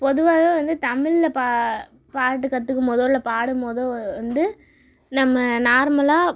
பொதுவாவே வந்து தமிழில் பாட்டு கத்துக்கும் போதுதோ அல்லது பாடும்தோ வந்து நம்ம நார்மலாக